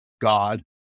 God